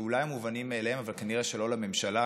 שאולי הם מובנים מאליהם אבל כנראה לא לממשלה,